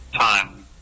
time